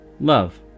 Love